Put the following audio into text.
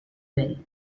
well